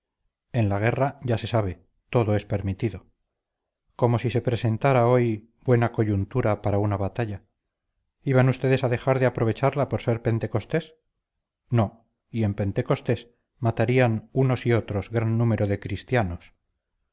en la guerra ya se sabe todo es permitido como si se presentara hoy buena coyuntura para una batalla iban ustedes a dejar de aprovecharla por ser pentecostés no y en pentecostés matarían unos y otros gran número de cristianos